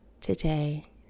today